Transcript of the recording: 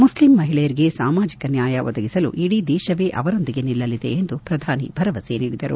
ಮುಕ್ಲಿಂ ಮಹಿಳೆಯರಿಗೆ ಸಾಮಾಜಿಕ ನ್ಯಾಯ ಒದಗಿಸಲು ಇಡೀ ದೇಶವೇ ಅವರೊಂದಿಗೆ ನಿಲ್ಲಲಿದೆ ಎಂದು ಪ್ರಧಾನಿ ಭರವಸೆ ನೀಡಿದರು